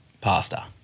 pasta